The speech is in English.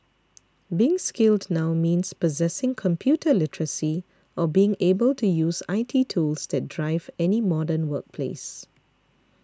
being skilled now means possessing computer literacy or being able to use I T tools that drive any modern workplace